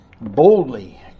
boldly